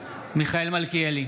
מיכאל מלכיאלי,